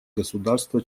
государства